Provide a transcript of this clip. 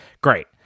Great